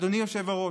אדוני היושב-ראש,